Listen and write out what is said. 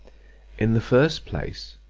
in the first place,